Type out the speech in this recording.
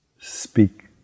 speak